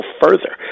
further